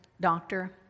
doctor